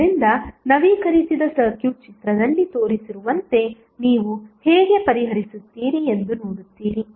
ಆದ್ದರಿಂದ ನವೀಕರಿಸಿದ ಸರ್ಕ್ಯೂಟ್ ಚಿತ್ರದಲ್ಲಿ ತೋರಿಸಿರುವಂತೆ ನೀವು ಹೇಗೆ ಪರಿಹರಿಸುತ್ತೀರಿ ಎಂದು ನೋಡುತ್ತೀರಿ